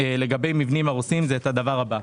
לגבי מבנים הרוסים, זה את הדבר הבא: